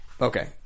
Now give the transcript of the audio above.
Okay